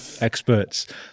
experts